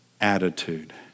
attitude